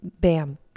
Bam